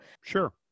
Sure